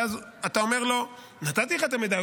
ואז אתה אומר לו: נתתי לך את המידע,